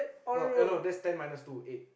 no eh no that's ten minus two eight